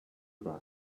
grass